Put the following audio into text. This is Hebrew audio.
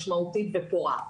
משמעותית ופורה,